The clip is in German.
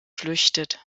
flüchtet